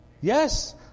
Yes